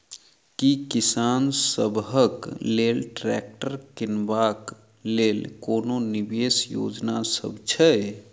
की किसान सबहक लेल ट्रैक्टर किनबाक लेल कोनो विशेष योजना सब छै?